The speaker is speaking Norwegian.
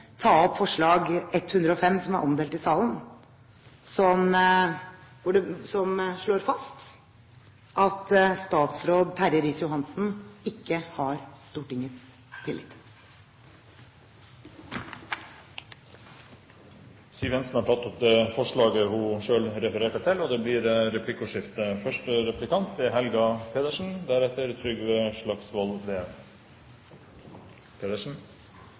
ta opp forslag nr. 105, som er omdelt i salen, som slår fast at statsråd Terje Riis-Johansen ikke har Stortingets tillit. Representanten Siv Jensen har tatt opp det forslaget hun refererte til. Det blir replikkordskifte. Jeg konstaterer at Fremskrittspartiet fremmer mistillitsforslag med utgangspunkt i Mongstad-prosjektet. Det er